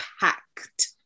packed